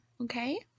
Okay